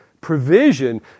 provision